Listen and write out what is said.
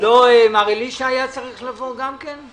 לא היה צריך לבוא גם מר אלישע?